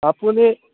আপুনি